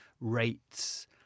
rates